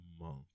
month